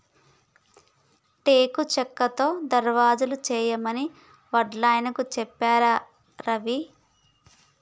టేకు చెక్కతో దర్వాజలు చేయమని వడ్లాయనకు చెప్పారా రవి